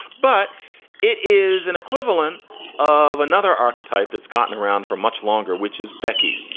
but it is an equivalent of another archetype that's gotten around for much longer, which is becky.